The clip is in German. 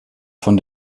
von